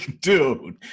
dude